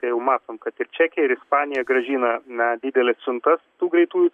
tai jau matom kad ir čekija ir ispanija grąžina na dideles siuntas tų greitųjų